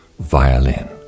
violin